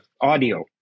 audio